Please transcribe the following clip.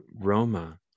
Roma